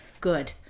good